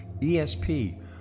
ESP